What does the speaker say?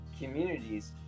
communities